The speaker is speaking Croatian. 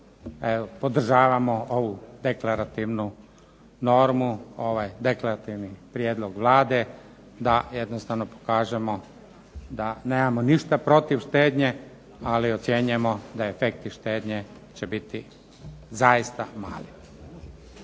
podržavamo ovu deklarativnu normu, ovaj deklarativni prijedlog Vlade da jednostavno pokažemo da nemamo ništa protiv štednje, ali ocjenjujemo da efekti štednje će biti zaista mali.